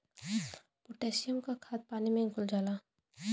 potassium क खाद पानी में घुल जाला